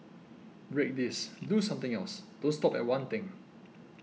break this do something else don't stop at one thing